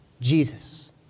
Jesus